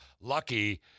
lucky